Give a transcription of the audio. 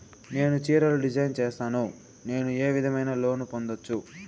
నేను చీరలు డిజైన్ సేస్తాను, నేను ఏ విధమైన లోను పొందొచ్చు